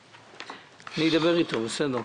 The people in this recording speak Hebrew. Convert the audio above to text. בסדר.